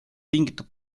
tingitud